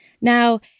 Now